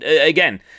again